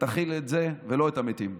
תכיל את זה ולא את המתים.